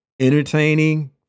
Entertaining